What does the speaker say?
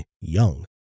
young